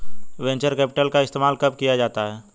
Venture capital का इस्तेमाल कब किया जाता है?